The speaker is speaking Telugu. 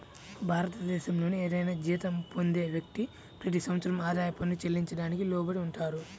భారతదేశంలోని ఏదైనా జీతం పొందే వ్యక్తి, ప్రతి సంవత్సరం ఆదాయ పన్ను చెల్లించడానికి లోబడి ఉంటారు